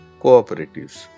cooperatives